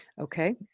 Okay